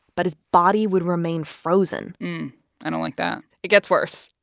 but his body would remain frozen i don't like that it gets worse.